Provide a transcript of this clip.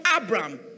Abraham